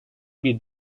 bir